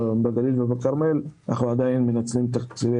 בגליל ובכרמל אנחנו עדיין מנצלים את תקציבי